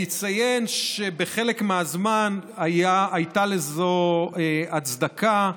אני אציין שבחלק מהזמן הייתה לזה הצדקה.